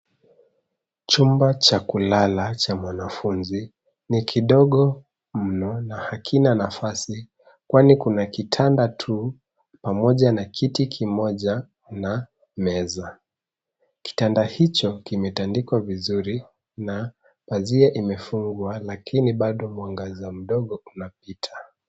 Chumba cha kulala cha mwanafunzi ni kidogo mno na hakuna nafasi kwani kuna kitanda tu pamoja na kiti kimoja na meza. Kitanda hicho kimetandikwa vizuri na pazia imefungwa lakini bado mwangaza mdogo unapita.